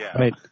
Right